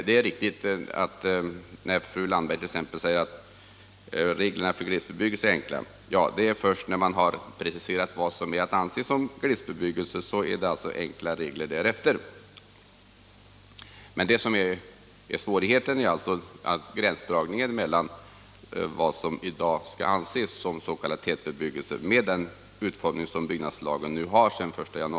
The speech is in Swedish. Det är riktigt som fru Landberg säger att reglerna för glesbebyggelse är enkla — men först när man preciserat vad som är att anse som glesbygd. Det som är svårigheten, med den utformning som byggnadslagen har sedan den 1 januari 1972, är alltså gränsdragningen mellan vad som i dag skall anses som tätbebyggelse resp. glesbebyggelse.